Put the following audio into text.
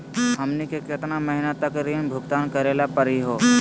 हमनी के केतना महीनों तक ऋण भुगतान करेला परही हो?